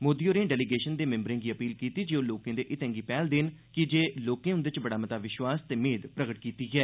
मोदी होरें डेलीगेशन दे मिम्बरें गी अपील कीती जे ओह लोकें दे हितें गी पैहल देन कीजे लोकें उंदे च बड़ा मता विश्वास ते मेद प्रगट कीती दी ऐ